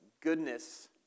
goodness